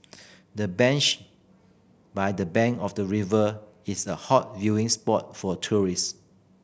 the bench by the bank of the river is a hot viewing spot for tourist